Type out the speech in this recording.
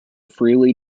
freely